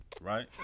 right